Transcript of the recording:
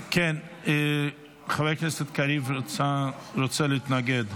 חבר הכנסת קריב רוצה להתנגד.